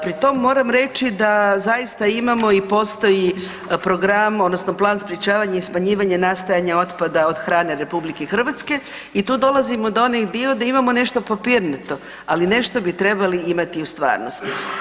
Pri tom moram reći da zaista imamo i postoji program odnosno plan sprječavanja i smanjivanja nastajanja otpada od hrane RH i tu dolazimo do onaj dio gdje imamo nešto papirnato, ali nešto bi trebali imati i u stvarnosti.